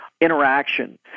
Interaction